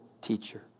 teacher